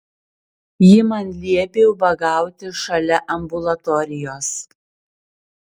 ji man liepė ubagauti šalia ambulatorijos